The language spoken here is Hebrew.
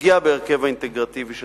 פגיעה בהרכב האינטגרטיבי של